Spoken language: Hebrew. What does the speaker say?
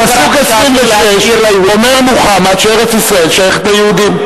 כתוב בסורה 5. בפסוק 26 אומר מוחמד שארץ-ישראל שייכת ליהודים.